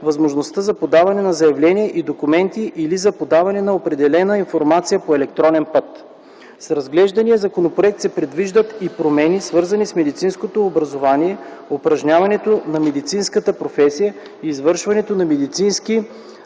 възможността за подаване на заявления и документи или за подаване на определена информация по електронен път. С разглеждания законопроект се предвиждат и промени, свързани с медицинското образование, упражняването на медицинската професия и извършването на медицински